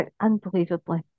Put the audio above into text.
unbelievably